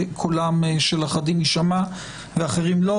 שקולם לא יישמע ושל אחרים יישמע.